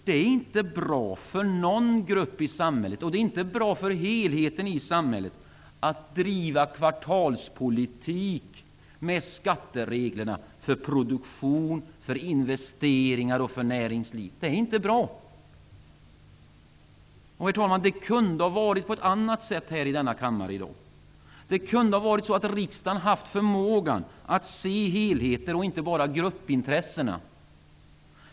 Det är inte bra för någon grupp i samhället, eller för helheten i samhället, att driva kvartalspolitik med skattereglerna för produktion, investeringar och näringsliv. Det kunde ha varit annorlunda här i kammaren i dag. Riksdagen kunde ha haft förmågan att se helheten och inte bara gruppintressena.